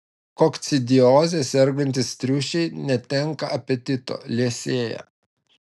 kokcidioze sergantys triušiai netenka apetito liesėja